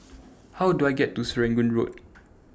How Do I get to Serangoon Road